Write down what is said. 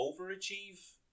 overachieve